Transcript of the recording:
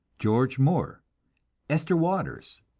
george moore esther waters.